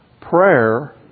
Prayer